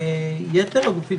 יתר הגופים,